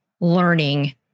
learning